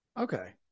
Okay